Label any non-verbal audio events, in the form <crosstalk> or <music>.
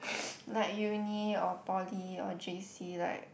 <noise> like uni or poly or J_C like